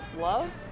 love